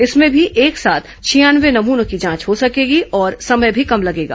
इसमें भी एक साथ छियानवे नमूनों की जांच हो सकेगी और समय भी कम लगेगा